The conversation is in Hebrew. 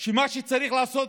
שמה שצריך לעשות,